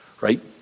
Right